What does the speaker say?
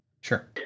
Sure